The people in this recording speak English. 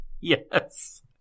Yes